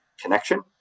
connection